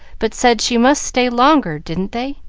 but said she must stay longer, didn't they?